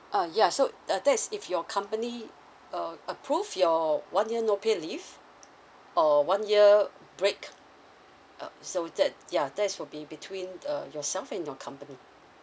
ah ya so uh that is if your company uh approve your one year no pay leave or one year break uh so that ya that is will be between uh yourself and your company